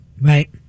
Right